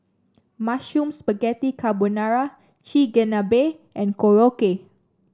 Mushroom Spaghetti Carbonara Chigenabe and Korokke